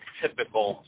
typical